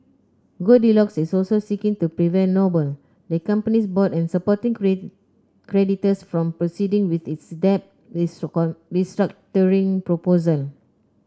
goldilocks is also seeking to prevent Noble the company's board and supporting creditors from proceeding with its debt restructuring proposal